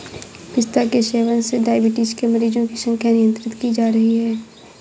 पिस्ता के सेवन से डाइबिटीज के मरीजों की संख्या नियंत्रित की जा रही है